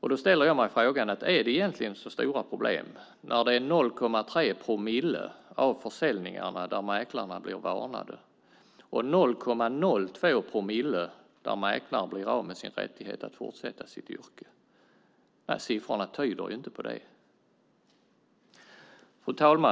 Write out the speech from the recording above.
Då ställer jag mig frågan: Är det egentligen så stora problem, när det är 0,3 promille av försäljningarna där mäklare blir varnade och 0,02 promille där mäklare blir av med sin rättighet att fortsätta i sitt yrke? Siffrorna tyder inte på det. Fru talman!